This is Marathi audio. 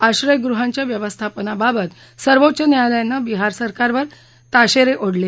आश्रयगृहांच्या व्यवस्थापनाबाबत सर्वोच्च न्यायालयानं बिहार सरकारवर ताशेरे ओढले